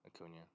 Acuna